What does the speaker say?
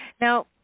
Now